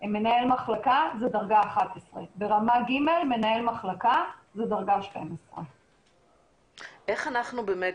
מנהל מחלקה זה דרגה 11. ברמה ג' מנהל מחלקה זה דרגה 12. אומרים